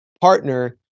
partner